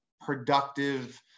productive